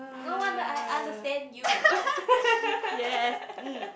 no wonder I understand you